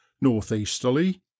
North-easterly